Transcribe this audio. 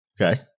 Okay